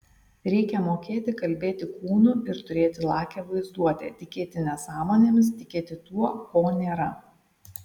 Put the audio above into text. reikia mokėti kalbėti kūnu ir turėti lakią vaizduotę tikėti nesąmonėmis tikėti tuo ko nėra